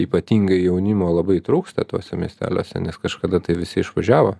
ypatingai jaunimo labai trūksta tuose miesteliuose nes kažkada tai visi išvažiavo